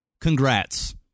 Congrats